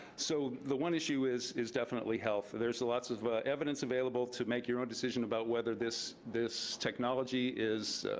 so the one issue is is definitely health. there's lots of ah evidence available to make your own decision about whether this this technology is